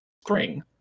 spring